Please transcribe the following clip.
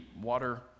water